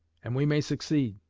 and we may succeed.